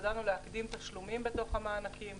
השתדלנו להקדים תשלומים בתוך המענקים,